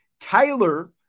Tyler